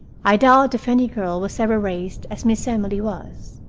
i doubt if any girl was ever raised as miss emily was.